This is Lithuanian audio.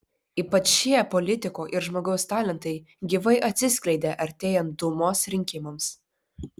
ypač šie politiko ir žmogaus talentai gyvai atsiskleidė artėjant dūmos rinkimams